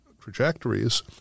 trajectories